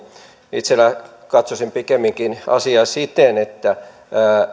itse katsoisin asiaa pikemminkin siten että